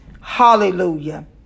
Hallelujah